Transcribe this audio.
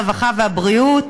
הרווחה והבריאות